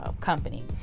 company